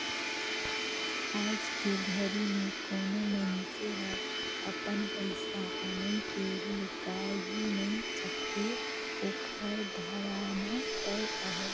आयज के घरी मे कोनो मइनसे हर अपन पइसा अनई के लुकाय ही नइ सके ओखर धराना तय अहे